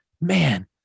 man